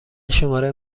شماره